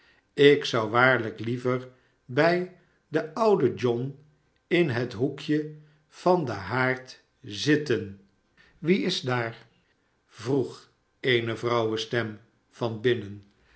ik zou waarlijk liever bij den ouden john in het hoekje van den haard zitten wie is daar vroeg eene vrouwenstem van binnen